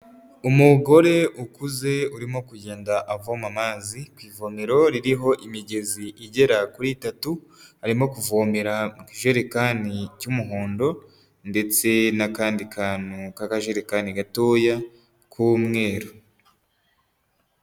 Umugore ukuze urimo kugenda avoma amazi ku ivomero ririho imigezi igera kuri itatu, arimo kuvomera mu ijerekani cy'umuhondo ndetse n'akandi kantu k'akajerekani gatoya k'umweru.